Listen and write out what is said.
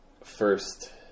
first